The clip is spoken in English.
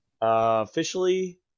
Officially